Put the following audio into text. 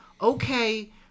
okay